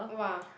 !wah!